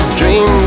dream